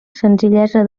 senzillesa